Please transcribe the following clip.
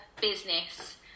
business